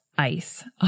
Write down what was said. Ice